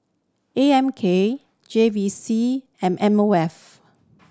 A M K J V C and M O F